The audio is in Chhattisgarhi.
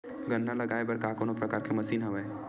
गन्ना लगाये बर का कोनो प्रकार के मशीन हवय?